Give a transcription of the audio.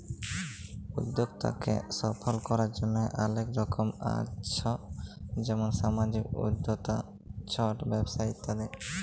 উদ্যক্তাকে সফল করার জন্হে অলেক রকম আছ যেমন সামাজিক উদ্যক্তা, ছট ব্যবসা ইত্যাদি